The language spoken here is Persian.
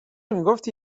میگفتی